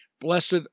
Blessed